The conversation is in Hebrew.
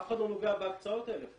אף אחד לא נוגע בהקצאות האלה.